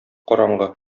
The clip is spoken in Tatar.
караңгы